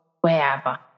wherever